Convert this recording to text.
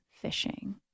fishing